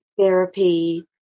therapy